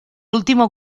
último